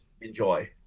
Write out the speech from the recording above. enjoy